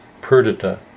Perdita